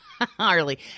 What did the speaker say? Harley